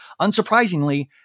Unsurprisingly